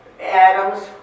Adams